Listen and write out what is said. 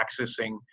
accessing